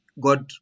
got